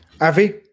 Avi